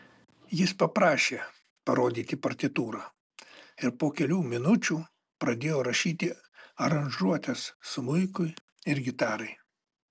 jis paprašė parodyti partitūrą ir po kelių minučių pradėjo rašyti aranžuotes smuikui ir gitarai